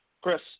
Chris